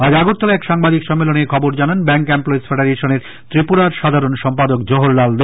আজ আগরতলায় এক সাংবাদিক সম্মেলনে এখবর জানান ব্যাঙ্ক এমপ্লয়িজ ফেডারেশনের ত্রিপুরার সাধারণ সম্পাদক জহরলাল দে